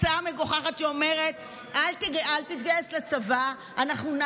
הרי צודק אותו חייל שאומר: אני חושש מהמצב